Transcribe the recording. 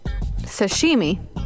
Sashimi